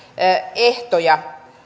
ehtoja